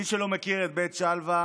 למי שלא מכיר את בית שלוה,